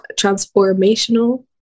transformational